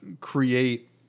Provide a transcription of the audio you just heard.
create